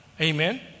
Amen